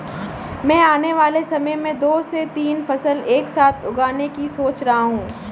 मैं आने वाले समय में दो से तीन फसल एक साथ उगाने की सोच रहा हूं